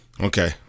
okay